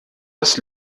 das